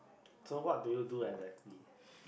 so what do you do exactly